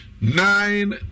nine